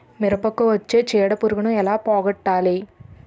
మిరపకు వచ్చే చిడపురుగును ఏల పోగొట్టాలి?